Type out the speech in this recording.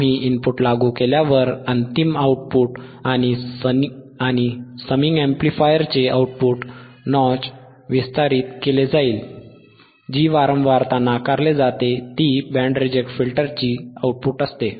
आम्ही इनपुट लागू केल्यावर अंतिम आऊटपुट आणि समिंग अॅम्प्लीफायरचे आउटपुट नॉच विस्तारित केले जाईल जी वारंवारता नाकारली जाते ती बँड रिजेक्ट फिल्टरचे आउटपुट असते